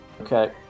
Okay